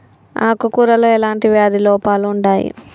ఆకు కూరలో ఎలాంటి వ్యాధి లోపాలు ఉంటాయి?